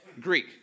Greek